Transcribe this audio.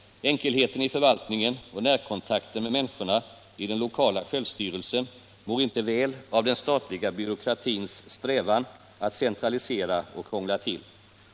Enkelheten i förvaltningen och närkontakten med människorna i den lokala självstyrelsen mår inte väl av den statliga byråkratins strävan att centralisera och krångla till.